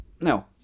No